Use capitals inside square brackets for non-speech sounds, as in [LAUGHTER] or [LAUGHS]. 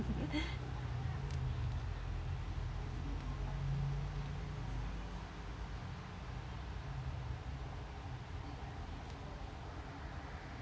[LAUGHS]